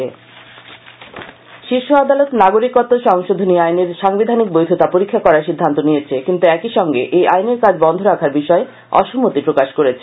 শীর্ষ আদালত শীর্ষ আদালত নাগরিকত্ব সংশোধনী আইনের সাংবিধানিক বৈধতা পরীক্ষা করার সিদ্ধান্ত নিয়েছে কিন্তু একইসঙ্গে এই আইনের কাজ বন্ধ রাখার বিষয়ে অসম্মতি প্রকাশ করেছে